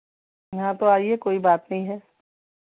हाँ तो आईए कोई बात नहीं है